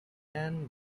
and